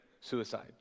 suicide